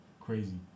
crazy